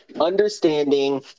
understanding